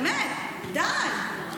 באמת, די.